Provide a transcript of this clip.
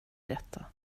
detta